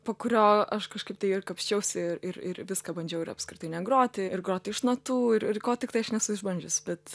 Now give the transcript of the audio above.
po kurio aš kažkaip tai ir kapsčiausi ir ir viską bandžiau ir apskritai negroti ir groti iš natų ir ir ko tiktai aš nesu išbandžius bet